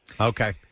Okay